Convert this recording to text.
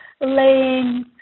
laying